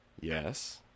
Yes